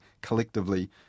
collectively